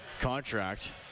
contract